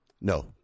No